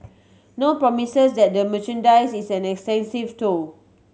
no promises that the merchandise is an extensive though